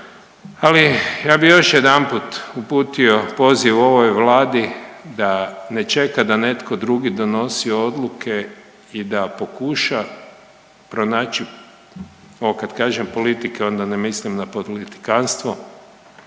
Ali ja bih još jedanput uputio poziv ovoj Vladi da ne čeka da netko drugi donosi odluke i da pokuša pronaći, ovo kad kažem politike onda ne mislim na politikanstvo